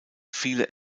viele